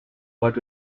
but